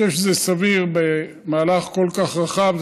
ואני חושב שזה סביר במהלך כל כך רחב.